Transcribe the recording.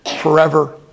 forever